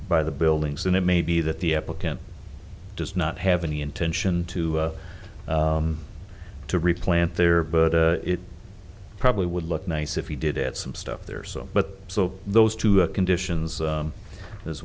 by the buildings and it may be that the applicant does not have any intention to to replant there but it probably would look nice if he did it some stuff there so but so those two conditions